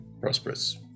prosperous